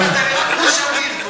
דוד, אתה, נו,